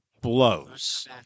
Blows